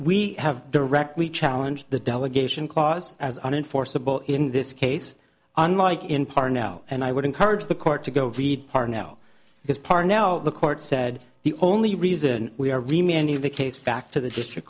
we have directly challenge the delegation clause as unenforceable in this case unlike in parno and i would encourage the court to go read our now because part now the court said the only reason we are reminded of the case back to the district